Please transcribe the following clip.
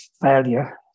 failure